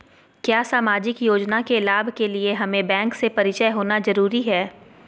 क्या सामाजिक योजना के लाभ के लिए हमें बैंक से परिचय होना जरूरी है?